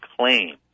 claim